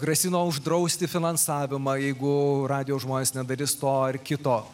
grasino uždrausti finansavimą jeigu radijo žmonės nedarys to ar kito